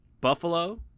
Buffalo